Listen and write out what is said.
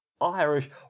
Irish